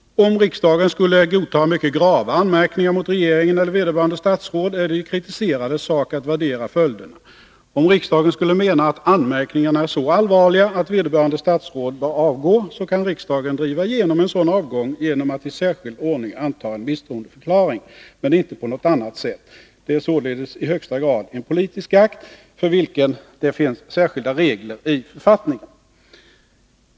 Om riksdagen skulle godta mycket grava anmärkningar mot regeringen eller vederbörande statsråd, är det de kritiserades sak att värdera följderna. Om riksdagen skulle mena att anmärkningarna är så allvarliga att vederbörande statsråd bör avgå, kan riksdagen driva igenom en sådan avgång genom att i särskild ordning anta en misstroendeförklaring — men inte på något annat sätt. Det är således i högsta grad fråga om en politisk akt, för vilken det finns särskilda regler i författningen.